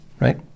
right